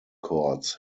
courts